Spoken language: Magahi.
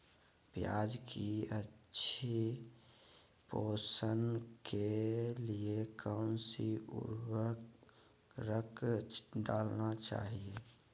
प्याज की अच्छी पोषण के लिए कौन सी उर्वरक डालना चाइए?